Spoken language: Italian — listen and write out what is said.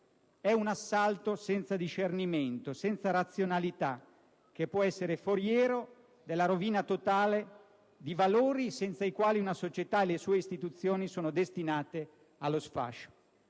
«È un assalto senza discernimento, senza razionalità, che può essere foriero della rovina totale di valori senza i quali una società e le sue istituzioni sono destinate allo sfascio».